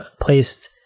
placed